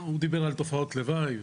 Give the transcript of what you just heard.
הוא דיבר על תופעות לוואי,